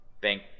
bank